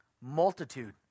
Multitude